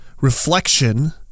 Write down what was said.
reflection